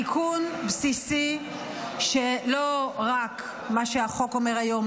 תיקון בסיסי שלא רק מה שהחוק אומר היום,